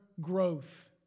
growth